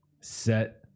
set